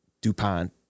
DuPont